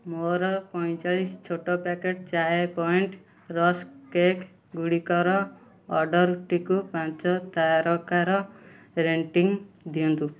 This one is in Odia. ମୋର ପଇଁଚାଳିଶ ଛୋଟ packet Chai Point rusk cake ଗୁଡ଼ିକର ଅର୍ଡ଼ର୍ଟିକୁ ପାଞ୍ଚ ତାରକାର ରେଟିଂ ଦିଅନ୍ତୁ